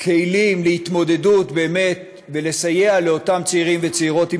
כלים להתמודדות וסיוע לאותם צעירים וצעירות עם